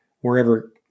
Wherever